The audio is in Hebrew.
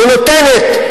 ונותנת,